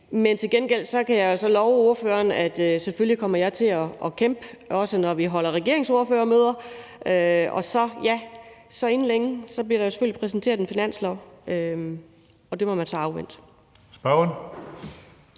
kan. Til gengæld kan jeg så love ordføreren, at jeg selvfølgelig kommer til at kæmpe, også når vi holder regeringsordførermøder, og inden længe bliver der selvfølgelig præsenteret en finanslov, og det må man så afvente.